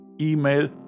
email